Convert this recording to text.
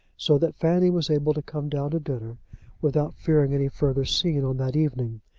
so that fanny was able to come down to dinner without fearing any further scene on that evening.